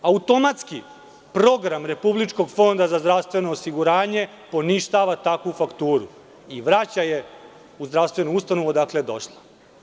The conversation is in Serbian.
Automatski program Republičkog fonda za zdravstveno osiguranje poništava takvu fakturu i vraća je u zdravstvenu ustanovu odakle je došla.